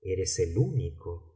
eres el único